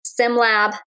SimLab